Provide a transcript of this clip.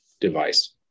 device